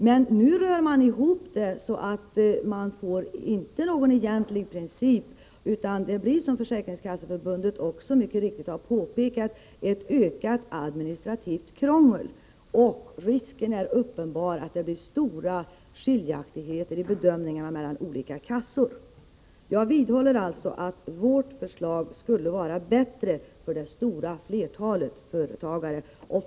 Men nu rör man ihop det, så att man inte får någon egentlig princip, utan det blir — som Försäkringskasseförbundet mycket riktigt påpekat — ett ökat administrativt krångel, och risken är uppenbar, att det uppstår stora skiljaktigheter i bedömningen mellan olika kassor. Jag vidhåller alltså att vårt förslag skulle vara bättre för det stora flertalet företagare.